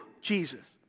Jesus